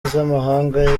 z’amahanga